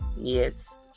Yes